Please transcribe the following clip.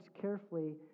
carefully